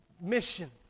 mission